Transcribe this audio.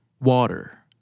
water